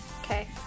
Okay